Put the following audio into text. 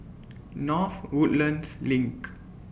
North Woodlands LINK